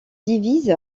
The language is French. divise